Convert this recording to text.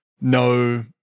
no